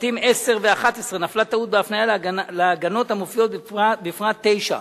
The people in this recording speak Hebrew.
בפרטים (10) ו-(11) נפלה טעות בהפניה להגנות המופיעות בפרט (9).